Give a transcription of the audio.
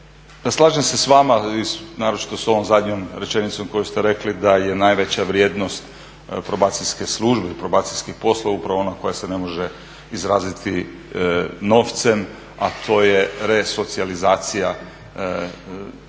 ne slažem se sa vama naročito sa ovom zadnjom rečenicom koju ste rekli da je najveća vrijednost probacijske službe i probacijskih poslova upravo ona koja se ne može izraziti novcem, a to je resocijalizacija onih